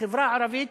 החברה הערבית